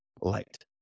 light